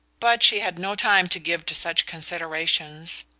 but she had no time to give to such considerations.